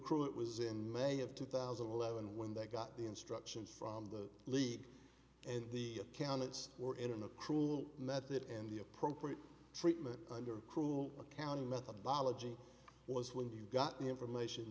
accrue it was in may of two thousand and eleven when they got the instructions from the league and the accountants were in a cruel method and the appropriate treatment under cruel accounting methodology was when you got the information